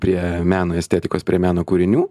prie meno estetikos prie meno kūrinių